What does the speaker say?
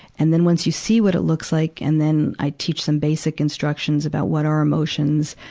and then, once you see what it looks like and then, i teach some basic instruction about what are emotions,